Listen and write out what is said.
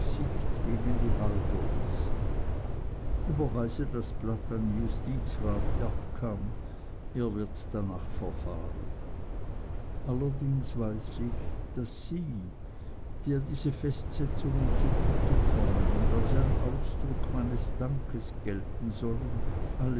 gegen die halderns überweise das blatt an justizrat erbkamm er wird danach verfahren allerdings weiß ich daß sie der diese festsetzungen zugute kommen und als ein ausdruck meines dankes gelten sollen alles